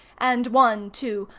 and one, too,